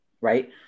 right